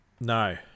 No